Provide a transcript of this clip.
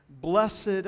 Blessed